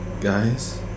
guys